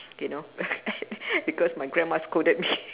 you know because my grandma scolded me